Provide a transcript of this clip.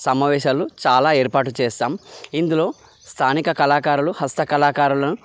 సమావేశాలు చాలా ఏర్పాటు చేస్తాం ఇందులో స్థానిక కళాకారులు హస్తకళాకారులను